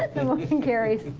the motion carried.